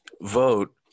vote